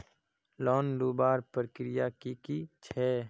Loan लुबार प्रक्रिया की की छे?